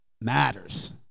matters